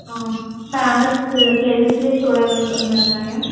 ఆ famous places మీరు చూడాలనుకుంటున్నారా మేడం